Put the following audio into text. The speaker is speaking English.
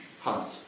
heart